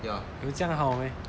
有这样好 meh